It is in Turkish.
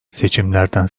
seçimlerden